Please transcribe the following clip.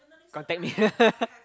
contact me